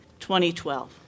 2012